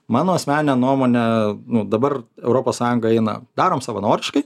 mano asmenine nuomone nu dabar europos sąjunga eina darom savanoriškai